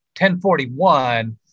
1041